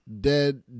dead